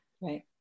Right